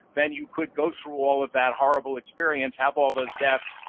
then you could go through all of that horrible experience, have all those deaths,